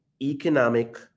economic